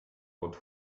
rund